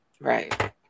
right